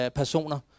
personer